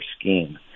scheme